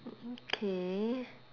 mm K